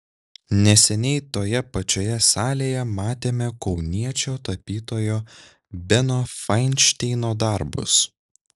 neseniai toje pačioje salėje matėme kauniečio tapytojo beno fainšteino darbus